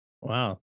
Wow